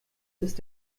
ist